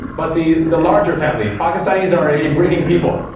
but the the larger family pakistanis are a breeding people.